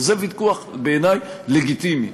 וזה ויכוח בעיני לגיטימי.